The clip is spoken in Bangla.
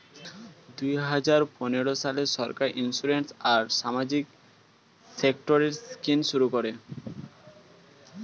দুই হাজার পনেরো সালে সরকার ইন্সিওরেন্স আর সামাজিক সেক্টরের স্কিম শুরু করে